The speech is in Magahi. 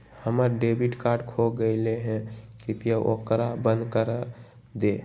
हम्मर डेबिट कार्ड खो गयले है, कृपया ओकरा बंद कर दे